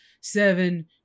seven